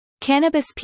Cannabis